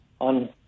on